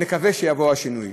נקווה שיבוא השינוי.